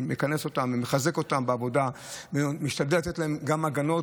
מכנס אותם ומחזק אותם בעבודה ומשתדל לתת להם גם הגנות.